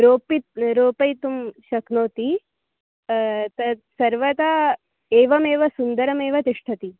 रोपितं रोपयितुं शक्नोति तत् सर्वदा एवमेव सुन्दरमेव तिष्ठति